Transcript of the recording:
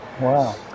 Wow